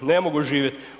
Ne mogu živjeti.